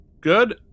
good